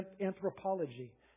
anthropology